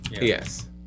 Yes